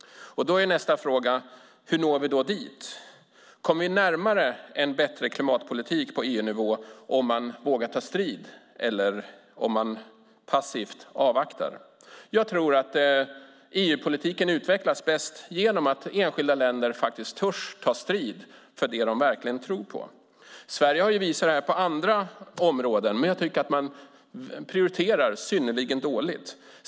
Hur når vi dit? Kommer vi närmare en bättre klimatpolitik på EU-nivå om man vågar ta strid eller om man passivt avvaktar? Jag tror att EU-politiken utvecklas bäst genom att enskilda länder faktiskt törs ta strid för det de verkligen tror på. Sverige har visat detta på andra områden, men jag tycker att man prioriterar synnerligen dåligt.